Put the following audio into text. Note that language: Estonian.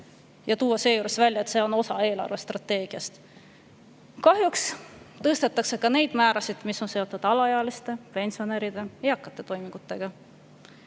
tuuakse välja, et see on osa eelarvestrateegiast! Kahjuks tõstetakse ka neid määrasid, mis on seotud alaealiste, pensionäride ja eakate toimingutega. Veel